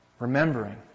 remembering